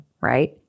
right